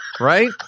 Right